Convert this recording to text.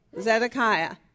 Zedekiah